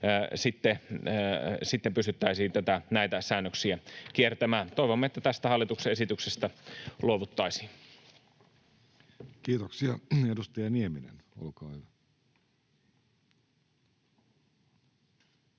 sitten pystyttäisiin näitä säännöksiä kiertämään. Toivomme, että tästä hallituksen esityksestä luovuttaisiin. [Speech 110] Speaker: Jussi